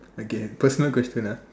okay personal question ah